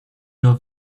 nur